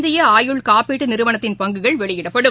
இந்திய ஆயுள் காப்பீட்டு நிறுவனத்தின் பங்குகள் வெளியிடப்படும்